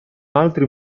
altri